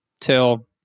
till